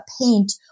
paint